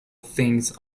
things